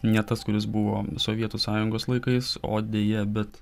ne tas kuris buvo sovietų sąjungos laikais o deja bet